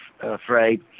afraid